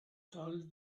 told